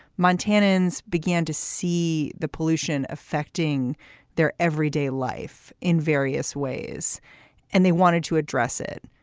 montanans began to see the pollution affecting their everyday life in various ways and they wanted to address it.